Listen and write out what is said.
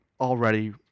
already